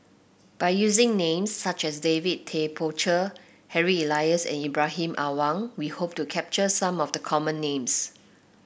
by using names such as David Tay Poey Cher Harry Elias and Ibrahim Awang we hope to capture some of the common names